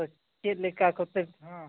ᱪᱮᱫ ᱞᱮᱠᱟ ᱠᱚᱛᱮ ᱦᱮᱸ